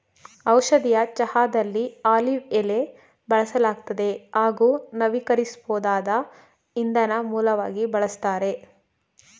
ಔಷಧೀಯ ಚಹಾದಲ್ಲಿ ಆಲಿವ್ ಎಲೆ ಬಳಸಲಾಗ್ತದೆ ಹಾಗೂ ನವೀಕರಿಸ್ಬೋದಾದ ಇಂಧನ ಮೂಲವಾಗಿ ಬಳಸ್ತಾರೆ